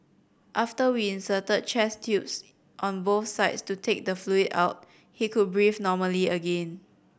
after we inserted chest tubes on both sides to take the fluid out he could breathe normally again